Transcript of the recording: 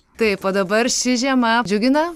taip o dabar ši žiema džiugina